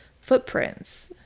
footprints